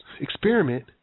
experiment